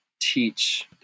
teach